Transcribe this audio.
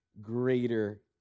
greater